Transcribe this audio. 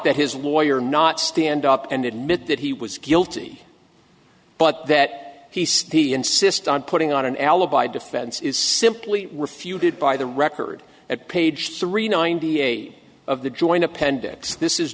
that his lawyer not stand up and admit that he was guilty but that he says he insists on putting on an alibi defense is simply refuted by the record at page three ninety eight of the joint appendix this is